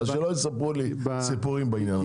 שלא יספרו לי סיפורים בעניין הזה.